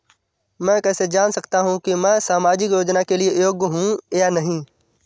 मैं कैसे जान सकता हूँ कि मैं सामाजिक योजना के लिए योग्य हूँ या नहीं?